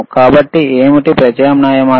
కాబట్టి ఏమిటి ప్రత్యామ్నాయ మార్గం